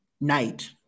night